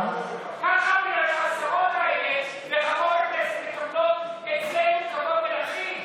בגלל שהשרות האלה וחברות הכנסת מקבלות אצלנו כבוד מלכים.